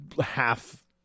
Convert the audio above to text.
Half